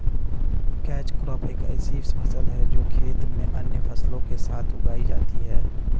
catch crop एक ऐसी फसल है जो खेत में अन्य फसलों के साथ उगाई जाती है